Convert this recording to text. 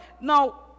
Now